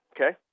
Okay